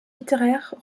littéraire